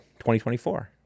2024